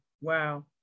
Wow